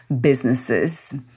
businesses